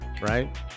right